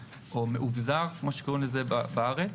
או "מאובזר" כמו שקוראים לזה בארץ.